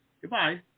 Goodbye